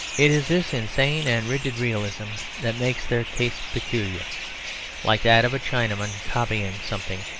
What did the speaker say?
it is this insane and rigid realism that makes their case peculiar like that of a chinaman copying something,